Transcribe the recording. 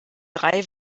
drei